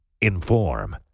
Inform